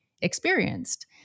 experienced